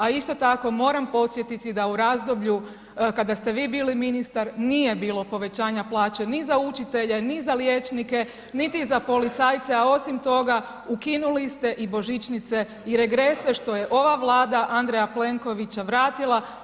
A isto tako moram podsjetiti da u razdoblju kada ste vi bili ministar nije bilo povećanja plaće ni za učitelje, ni za liječnike, niti za policajce a osim toga ukinuli ste i božićnice i regrese što je ova Vlada Andreja Plenkovića vratila.